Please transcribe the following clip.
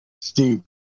Steve